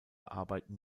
arbeiten